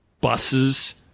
buses